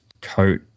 coat